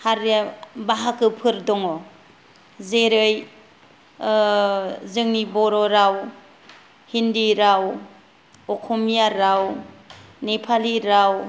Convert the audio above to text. हारिया बाहागोफोर दङ जेरै जोंनि बर' राव हिन्दि राव अखमिया राव नेपालि राव